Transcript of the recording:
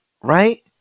Right